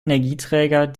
energieträger